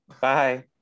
bye